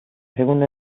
segunda